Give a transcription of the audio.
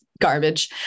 garbage